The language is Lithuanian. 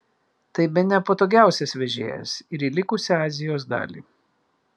tai bene patogiausias vežėjas ir į likusią azijos dalį